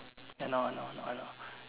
I know I know I know I know